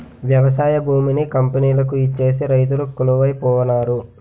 వ్యవసాయ భూమిని కంపెనీలకు ఇచ్చేసి రైతులు కొలువై పోనారు